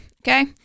okay